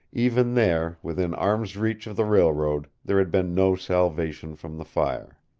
even there, within arm's reach of the railroad, there had been no salvation from the fire.